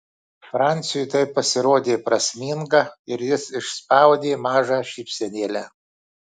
franciui tai pasirodė prasminga ir jis išspaudė mažą šypsenėlę